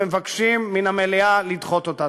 ומבקשים מן המליאה לדחות אותה.